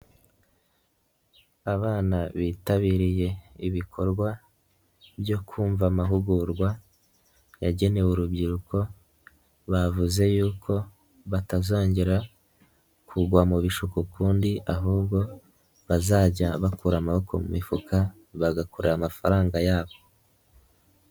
Abana bitabiriye ibikorwa byo kumva amahugurwa yagenewe urubyiruko, bavuze yuko batazongera kugwa mu bishuko ukundi, ahubwo bazajya bakura amaboko mu mifuka bagakorera amafaranga yabo.